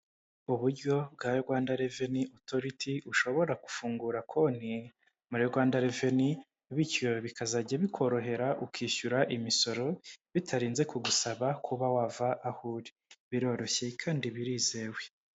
Uburyo bwa Rwanda reveni otoriti ushobora gufungura konti muri Rwanda reveni bityo bikazajya bikorohera ukishyura imisoro bitarinze kugusaba kuba wava aho uri biroroshye kandi birizewe.